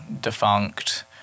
defunct